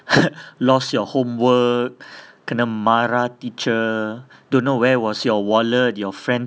lost your homework kena marah teacher don't know where was your wallet your friend